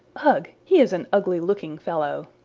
ugh! he is an ugly-looking fellow.